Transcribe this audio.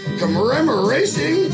commemoration